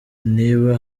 niba